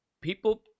people